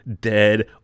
dead